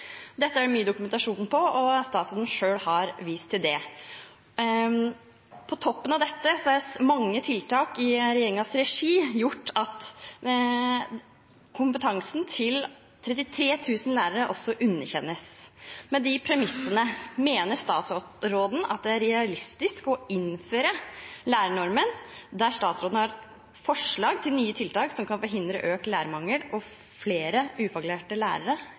Dette er det mye dokumentasjon på, og statsråden selv har vist til det. På toppen av dette har mange tiltak i regjeringens regi gjort at kompetansen til 33 000 lærere underkjennes. Med de premissene, mener statsråden at det er realistisk å innføre lærernormen der statsråden har forslag til nye tiltak som kan forhindre økt lærermangel og flere ufaglærte lærere,